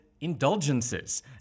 indulgences